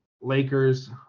Lakers